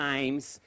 Times